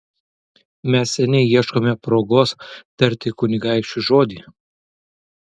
mes seniai ieškome progos tarti kunigaikščiui žodį